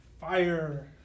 Fire